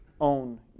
own